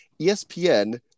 ESPN